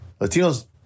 Latinos